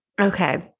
Okay